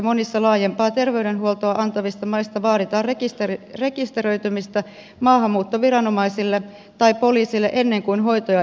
monissa laajempaa terveydenhuoltoa antavista maista vaaditaan rekisteröitymistä maahanmuuttoviranomaisille tai poliisille ennen kuin hoitoja edes annetaan